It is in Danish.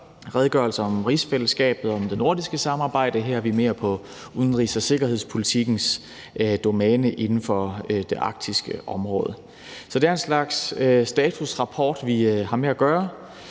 f.eks. om rigsfællesskabet og om det nordiske samarbejde. Her er vi mere på udenrigs- og sikkerhedspolitikkens domæne inden for det arktiske område. Det er en slags statusrapport, vi har med at gøre,